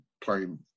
playing